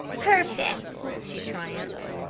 perfect! she triumphed.